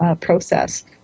process